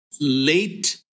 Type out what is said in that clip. late